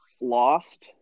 lost